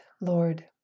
Lord